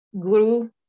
guru